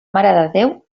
marededéu